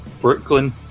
Brooklyn